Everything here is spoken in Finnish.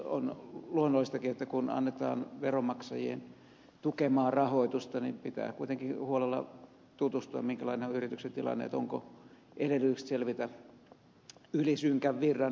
on luonnollistakin että kun annetaan veronmaksajien tukemaa rahoitusta niin pitää kuitenkin huolella tutustua siihen minkälainen on yrityksen tilanne onko edellytykset selvitä yli synkän virran